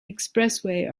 expressway